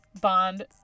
Bond